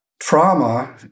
trauma